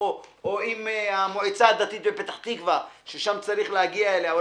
או אם המועצה הדתית בפתח תקווה שצריך להגיע אליה,